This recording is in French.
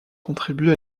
contribuent